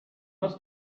not